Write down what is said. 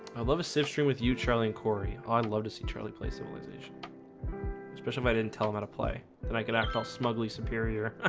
i love a sip stream with you charlie and cory, i love to see charlie play civilization especially i didn't tell him how to play and i could act all smugly superior ah